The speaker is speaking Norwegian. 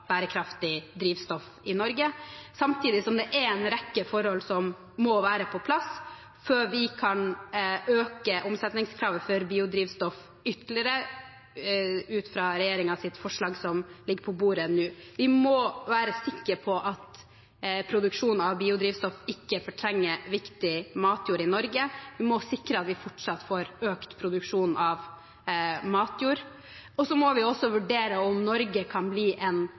bærekraftig drivstoff i Norge, samtidig som det er en rekke forhold som må være på plass før vi kan øke omsetningskravet for biodrivstoff ytterligere, ut fra regjeringens forslag som ligger på bordet nå. Vi må være sikre på at produksjon av biodrivstoff ikke fortrenger viktig matjord i Norge, vi må sikre at vi fortsatt får økt produksjon av matjord, og så må vi også vurdere om Norge kan bli en